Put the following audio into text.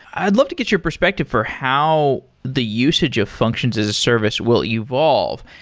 i've love to get your perspective for how the usage of functions as a service will evolve.